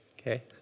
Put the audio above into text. okay